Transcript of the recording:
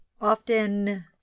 often